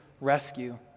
rescue